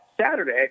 Saturday